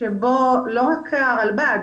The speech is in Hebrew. שבו לא רק הרלב"ד,